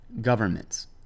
Governments